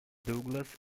douglas